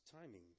timing